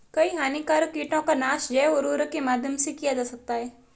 कई हानिकारक कीटों का नाश जैव उर्वरक के माध्यम से किया जा सकता है